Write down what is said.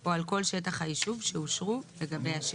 או על כל שטח היישוב, שאושרו לגבי השטח,